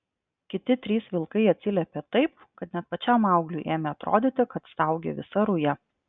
kiti trys vilkai atsiliepė taip kad net pačiam maugliui ėmė atrodyti kad staugia visa ruja